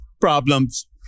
problems